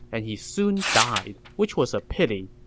and he soon died, which was a pity.